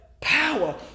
power